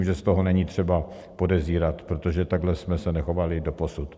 Z toho není třeba podezírat, protože takhle jsme se nechovali doposud.